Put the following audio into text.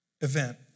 event